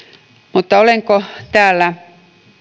mutta olenko täällä